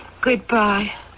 Goodbye